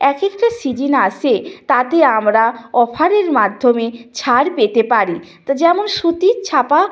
এক একটা সিজন আসে তাতে আমরা অফারের মাধ্যমে ছাড় পেতে পারি তো যেমন সুতির ছাপা